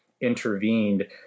intervened